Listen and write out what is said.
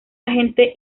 agente